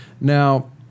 Now